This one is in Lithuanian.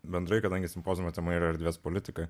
bendrai kadangi simpoziumo tema yra erdvės politika